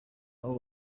nabo